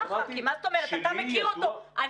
אז